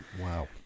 Wow